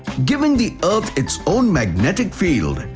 giving the earth its own magnetic field.